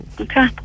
Okay